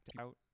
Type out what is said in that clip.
out